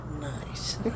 Nice